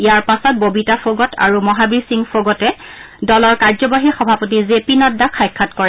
ইয়াৰ পাছত ববিতা ফোগট আৰু মহাবীৰ সিং ফোগটে দলৰ কাৰ্যবাহী সভাপতি জেপি নাড্ডাক সাক্ষাৎ কৰে